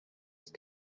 است